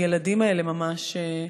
הילדים האלה ממש,